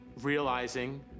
realizing